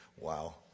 Wow